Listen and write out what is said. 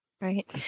Right